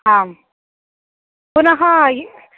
आम् पुनः इ